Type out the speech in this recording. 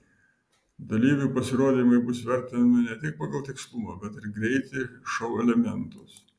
dalyvių pasirodymai bus vertinami ne tik pagal tikslumą bet ir greitį šou elementus